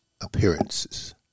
appearances